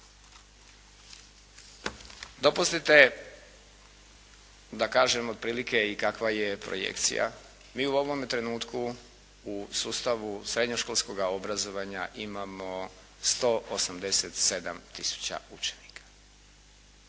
Dopustite da kažem otprilike i kakva je projekcija. Mi u ovome trenutku u sustavu srednjoškolskoga obrazovanja imamo 187 tisuća učenika.